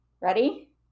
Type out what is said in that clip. Ready